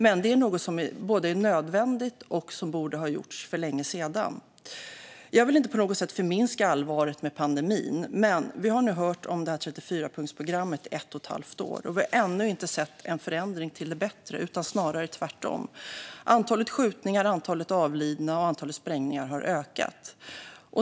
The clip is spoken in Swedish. Men det är något som är både nödvändigt och borde ha gjorts för länge sedan. Jag vill inte på något sätt förminska allvaret med pandemin. Men vi har nu hört om detta 34-punktsprogram i ett och ett halvt år, och vi har ännu inte sett en förändring till det bättre - snarare tvärtom. Antalet skjutningar, antalet avlidna och antalet sprängningar har ökat.